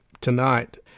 tonight